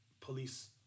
police